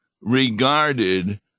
regarded